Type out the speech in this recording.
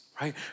right